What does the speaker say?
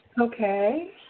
Okay